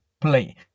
play